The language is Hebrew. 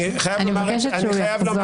אני מבקשת שהוא יחזור.